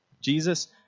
Jesus